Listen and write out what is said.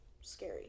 scary